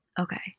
Okay